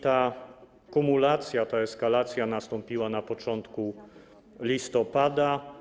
Ta kumulacja, ta eskalacja nastąpiła na początku listopada.